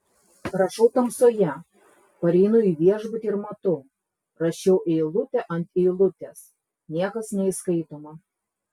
rašau tamsoje pareinu į viešbutį ir matau rašiau eilutė ant eilutės niekas neįskaitoma